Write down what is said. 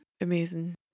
Amazing